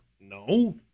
No